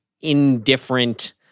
indifferent